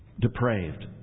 depraved